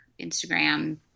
Instagram